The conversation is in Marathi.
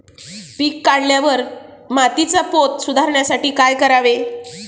पीक काढल्यावर मातीचा पोत सुधारण्यासाठी काय करावे?